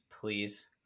please